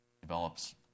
develops